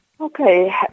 Okay